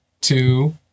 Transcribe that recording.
two